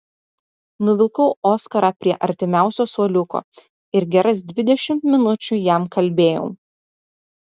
nuvilkau oskarą prie artimiausio suoliuko ir geras dvidešimt minučių jam kalbėjau